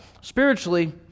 spiritually